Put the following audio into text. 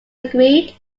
agreed